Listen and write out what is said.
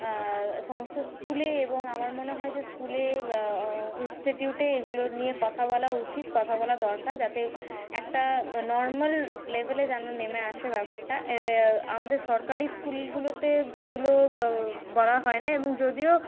সমস্ত স্কুলে এবং আমার মনে হয় যে স্কুলে ইন্সটিটিউটে এইগুলোর নিয়ে কথা বলা উচিত কথা বলা দরকার যাতে একটা নর্মাল লেভেলে যেন নেমে আসে ব্যাপারটা আমাদের সরকারি স্কুলগুলোতে এগুলো বলা হয় না এবং যদিও